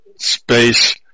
space